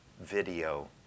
video